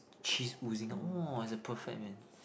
cheese oozing out !wah! it's a perfect man